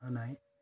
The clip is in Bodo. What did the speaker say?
होनाय